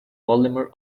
polymer